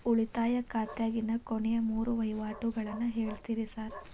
ಉಳಿತಾಯ ಖಾತ್ಯಾಗಿನ ಕೊನೆಯ ಮೂರು ವಹಿವಾಟುಗಳನ್ನ ಹೇಳ್ತೇರ ಸಾರ್?